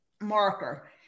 marker